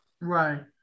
Right